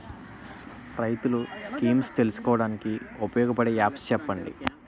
రైతులు స్కీమ్స్ తెలుసుకోవడానికి ఉపయోగపడే యాప్స్ చెప్పండి?